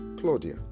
Claudia